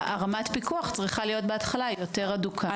רמת הפיקוח צריכה להיות בהתחלה יותר הדוקה.